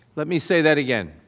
let me say that again.